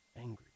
angry